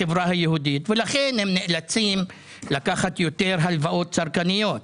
החברה היהודית ולכן הם נאלצים לקחתי יותר הלוואות צרכניות.